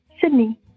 Sydney